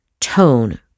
tone